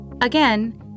Again